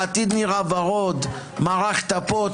העתיד נראה ורוד / מרחת פה,